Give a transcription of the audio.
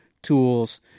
tools